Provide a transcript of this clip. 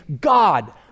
God